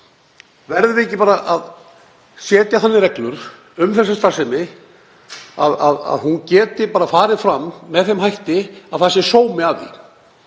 Verðum við ekki bara að setja þannig reglur um þessa starfsemi að hún geti farið fram með þeim hætti að það sé sómi að því?